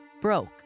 broke